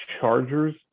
Chargers